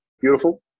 beautiful